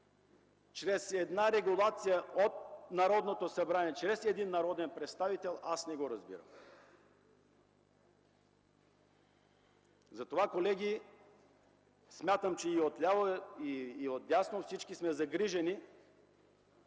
чрез една регулация от Народното събрание, чрез един народен представител, не го разбирам. Затова, колеги, смятам, че и отляво, и отдясно всички сме загрижени